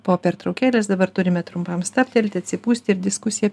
po pertraukėlės dabar turime trumpam stabtelti atsipūsti ir diskusiją